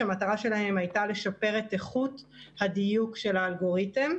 שהמטרה שלהן היתה לשפר את איכות הדיוק של האלגוריתם,